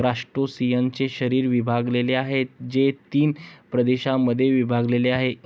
क्रस्टेशियन्सचे शरीर विभागलेले आहे, जे तीन प्रदेशांमध्ये विभागलेले आहे